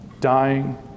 Dying